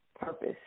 purpose